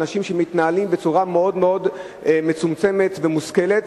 אנשים שמתנהלים בצורה מאוד מאוד מצומצמת ומושכלת,